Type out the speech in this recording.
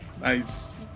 nice